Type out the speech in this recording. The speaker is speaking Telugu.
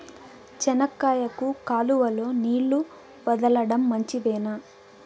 చెనక్కాయకు కాలువలో నీళ్లు వదలడం మంచిదేనా?